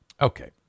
Okay